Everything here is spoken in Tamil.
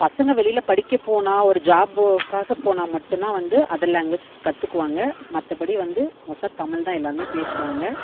பசங்கள் வெளியில படிக்கப் போனால் ஒரு ஜாபுக்காக போனால் மட்டுந்தான் வந்து அதர் லேங்குவேஜஸ் கத்துக்குவாங்கள் மற்றபடி வந்து மோஸ்ட்டாக தமிழ் தான் எல்லாருமே பேசுவாங்கள்